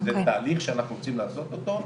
זה תהליך שאנחנו רוצים לעשות אותו.